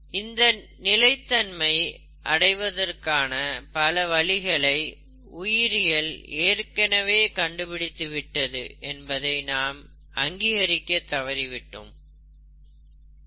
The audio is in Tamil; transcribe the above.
இந்த நிலைத்தன்மை அடைவதற்கான பல வழிகளை உயிரியல் ஏற்கனவே கண்டுபிடித்து விட்டது என்பதை நாம் அங்கீகரிக்க தவறிவிட்டோம்